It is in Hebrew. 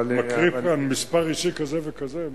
אני מקריא כאן מספר אישי כזה וכזה,